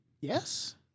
Yes